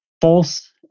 false